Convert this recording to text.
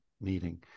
meeting